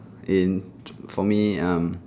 in for me um